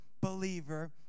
believer